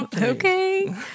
Okay